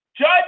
judge